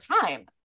time